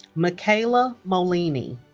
micaela molini